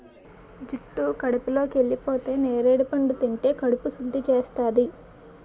జుట్టు కడుపులోకెళిపోతే నేరడి పండు తింటే కడుపు సుద్ధి చేస్తాది